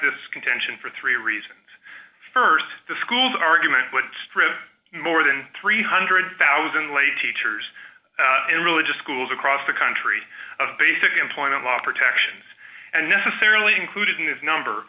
this contention for three reasons st the schools argument would strip more than three hundred thousand dollars lay teachers in religious schools across the country of basic employment law protections and necessarily included in this number